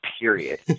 period